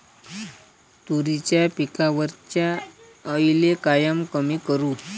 तुरीच्या पिकावरच्या अळीले कायनं कमी करू?